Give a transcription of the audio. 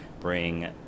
bring